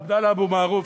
ונגד עבדאללה אבו מערוף.